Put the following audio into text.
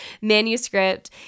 manuscript